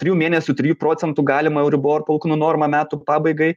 trijų mėnesių trijų procentų galima euribor palūkanų normą metų pabaigai